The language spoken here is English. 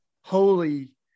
holy